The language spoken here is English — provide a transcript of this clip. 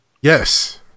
Yes